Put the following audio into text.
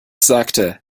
sagte